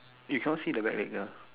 you cannot see the back leg ah